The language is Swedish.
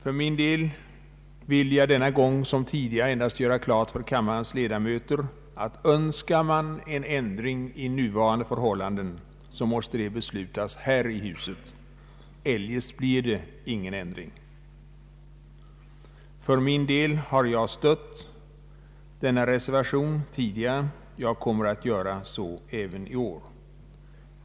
För min del vill jag denna gång liksom tidigare göra klart för kammarens ledamöter, att önskar man en ändring i nuvarande förhållanden så måste den beslutas här i huset — eljest blir det ingen ändring. För min del har jag stött reservationslinjen tidigare, och jag ämnar göra så även i år.